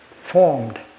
formed